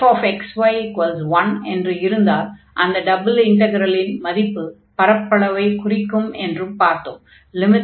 fxy1 என்று இருந்தால் அந்த டபுள் இன்டக்ரலின் மதிப்பு பரப்பளவைக் குறிக்கும் என்றும் பார்த்தோம்